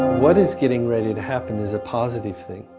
what is getting ready to happen is a positive thing,